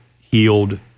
healed